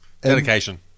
Dedication